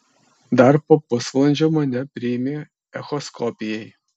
dar po pusvalandžio mane priėmė echoskopijai